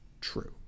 true